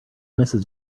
mrs